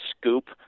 scoop